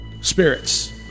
spirits